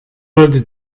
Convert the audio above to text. wollte